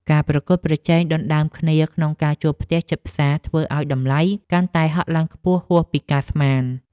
ការប្រកួតប្រជែងដណ្តើមគ្នាក្នុងការជួលផ្ទះជិតផ្សារធ្វើឱ្យតម្លៃកាន់តែហក់ឡើងខ្ពស់ហួសពីការស្មាន។